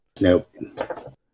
Nope